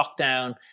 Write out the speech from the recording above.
lockdown